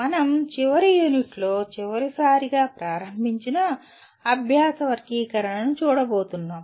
మనం చివరి యూనిట్లో చివరిసారిగా ప్రారంభించిన అభ్యాస వర్గీకరణను చూడబోతున్నాం